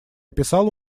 писала